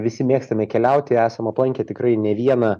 visi mėgstame keliauti esam aplankę tikrai ne vieną